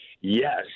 Yes